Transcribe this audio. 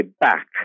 back